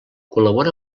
col·labora